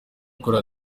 ukorera